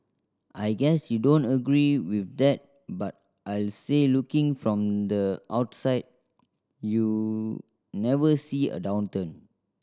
I guess you don't agree with that but I'll say looking from the outside you never see a downturn